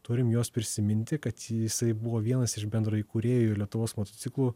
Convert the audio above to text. turim juos prisiminti kad jisai buvo vienas iš bendraįkūrėjų lietuvos motociklų